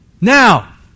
Now